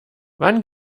wann